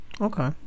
Okay